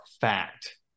fact